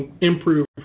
improve